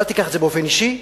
אל תיקח את זה באופן אישי,